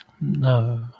No